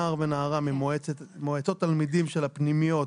נער ונערה ממועצות תלמידים של הפנימיות,